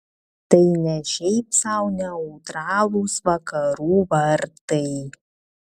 tai ne šiaip sau neutralūs vakarų vartai